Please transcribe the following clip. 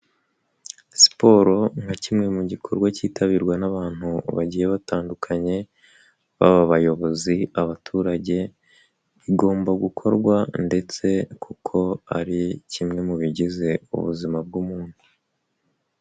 Siporo nka kimwe mu gikorwa kitabirwa n'abantu bagiye batandukanye baba bayobozi abaturage, igomba gukorwa ndetse kuko ari kimwe mu bigize ubuzima bw'umuntu.